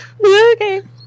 Okay